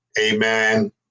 Amen